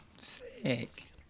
Sick